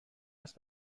است